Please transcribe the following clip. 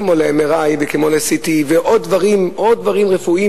כמו ל-MRI וכמו ל-CT ועוד דברים רפואיים